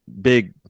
big